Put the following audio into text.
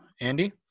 Andy